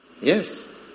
Yes